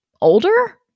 older